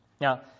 Now